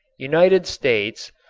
united states,